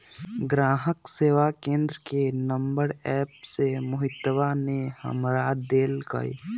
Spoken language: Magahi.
ग्राहक सेवा केंद्र के नंबर एप्प से मोहितवा ने हमरा देल कई